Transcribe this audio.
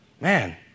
man